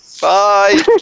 Bye